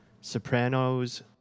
Sopranos